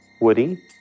Woody